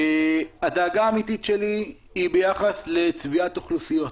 הדאגה האמיתית שלי היא ביחס לצביעת אוכלוסיות.